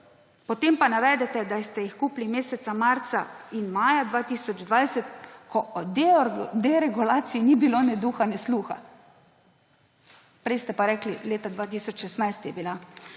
Potem pa navedete, da ste jih kupili meseca marca in maja 2020, ko o deregulaciji ne bilo ne duha ne sluha. Prej ste pa rekli, leta 2016 je bila